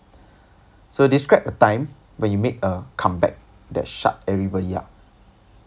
so describe a time when you made a comeback that shut everybody up